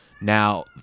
Now